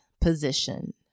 position